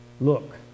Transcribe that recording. look